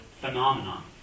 phenomenon